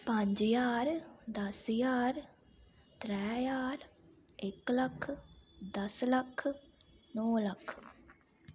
पंज ज्हार दस ज्हार त्रै ज्हार इक लक्ख दस लक्ख नौ लक्ख